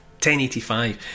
1085